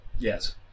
Yes